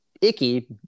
icky